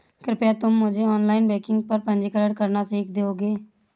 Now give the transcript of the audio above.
कृपया तुम मुझे ऑनलाइन बैंकिंग पर पंजीकरण करना सीख दोगे?